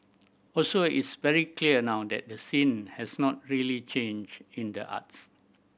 also it's very clear now that the scene has not really changed in the arts